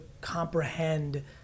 comprehend